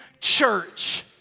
church